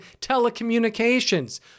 telecommunications